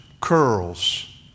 curls